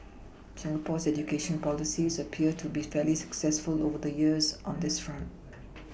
Singapore's education policies appear to been fairly successful over the years on this front